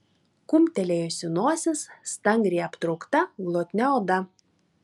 kumptelėjusi nosis stangriai aptraukta glotnia oda